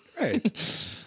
right